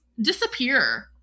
disappear